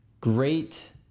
great